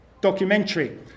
documentary